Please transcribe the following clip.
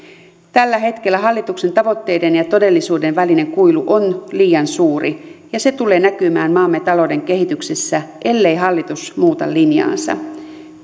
tällä hetkellä hallituksen tavoitteiden ja todellisuuden välinen kuilu on liian suuri ja se tulee näkymään maamme talouden kehityksessä ellei hallitus muuta linjaansa